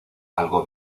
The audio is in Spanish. algo